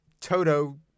Toto